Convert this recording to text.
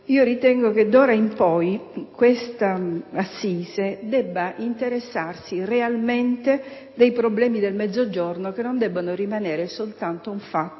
ritengo che d'ora in poi questa assise debba interessarsi realmente dei problemi del Mezzogiorno, che non devono rimanere affidati soltanto